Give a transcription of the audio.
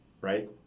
right